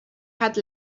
had